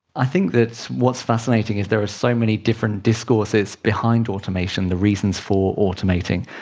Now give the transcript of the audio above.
i think that what's fascinating is there are so many different discourses behind automation, the reasons for automating.